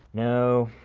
no.